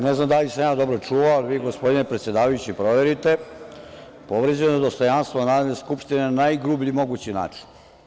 Ne znam da li sam ja dobro čuo, ali vi gospodine predsedavajući proverite, povređeno je dostojanstvo Narodne skupštine na najgrublji mogući način.